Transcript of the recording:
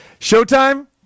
Showtime